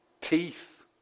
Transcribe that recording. Teeth